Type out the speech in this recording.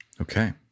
Okay